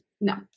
No